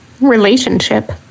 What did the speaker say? relationship